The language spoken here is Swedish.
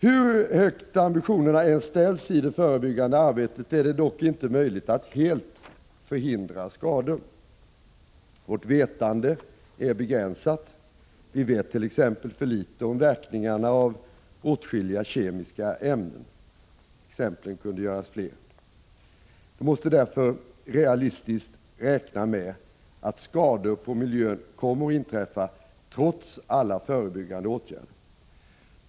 Hur högt ambitionerna än ställs i det förebyggande arbetet är det dock inte möjligt att helt förhindra skador. Vårt vetande är begränsat. Vi vet t.ex. för litet om verkningarna av åtskilliga kemiska ämnen. Det finns fler exempel. Vi måste därför realistiskt räkna med att skador på miljön kommer att inträffa trots alla förebyggande åtgärder.